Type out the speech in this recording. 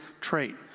trait